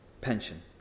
pension